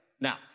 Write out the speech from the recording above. Now